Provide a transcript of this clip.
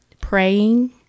praying